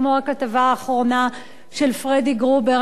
כמו הכתבה האחרונה של פרדי גרובר.